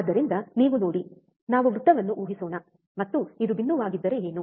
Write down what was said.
ಆದ್ದರಿಂದ ಇಲ್ಲಿ ನೋಡಿ ನಾವು ವೃತ್ತವನ್ನು ಊಹಿಸೋಣ ಮತ್ತು ಇದು ಬಿಂದುವಾಗಿದ್ದರೆ ಏನು